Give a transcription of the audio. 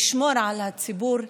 לשמור על הציבור,